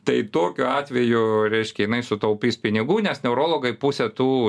tai tokiu atveju reiškia jinai sutaupys pinigų nes neurologai pusė tų